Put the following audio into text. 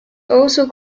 also